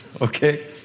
okay